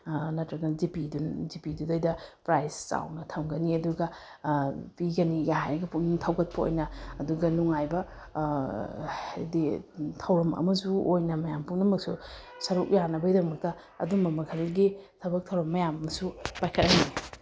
ꯅꯠꯇ꯭ꯔꯒꯅ ꯖꯤ ꯄꯤꯗꯨꯗꯩꯗ ꯄ꯭ꯔꯥꯏꯖ ꯆꯥꯎꯅ ꯊꯝꯒꯅꯤ ꯑꯗꯨꯒ ꯄꯤꯒꯅꯤꯒ ꯍꯥꯏꯔꯒ ꯄꯨꯛꯅꯤꯡ ꯊꯧꯒꯠꯄ ꯑꯣꯏꯅ ꯑꯗꯨꯒ ꯅꯨꯡꯉꯥꯏꯕ ꯍꯥꯏꯗꯤ ꯊꯧꯔꯝ ꯑꯃꯁꯨ ꯑꯣꯏꯅ ꯃꯌꯥꯝ ꯄꯨꯝꯅꯃꯛꯁꯨ ꯁꯔꯨꯛ ꯌꯥꯅꯕꯒꯤ ꯗꯃꯛꯇ ꯑꯗꯨꯝꯕ ꯃꯈꯜꯒꯤ ꯊꯕꯛ ꯊꯧꯔꯝ ꯃꯌꯥꯝ ꯑꯃꯁꯨ ꯄꯥꯏꯈꯠꯍꯟꯅꯤꯡꯏ